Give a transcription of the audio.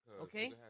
Okay